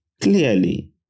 clearly